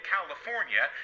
California